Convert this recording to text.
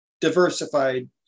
diversified